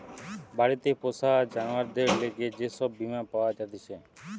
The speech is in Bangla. বাড়িতে পোষা জানোয়ারদের লিগে যে সব বীমা পাওয়া জাতিছে